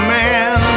man